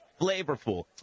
flavorful